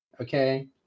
Okay